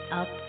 up